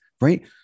right